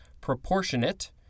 proportionate